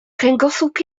kręgosłup